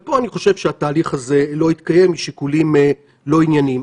ופה אני חושב שהתהליך הזה לא התקיים משיקולים לא ענייניים.